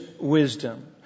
wisdom